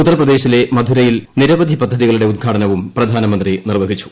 ഉത്തർ പ്രദേശിലെ മഥുരയിൽ നിരവധി പദ്ധതികളുടെ ഉദ്ഘാടനവും പ്രധാനമന്ത്രി നിർവ്വഹിച്ചു